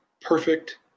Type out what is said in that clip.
perfect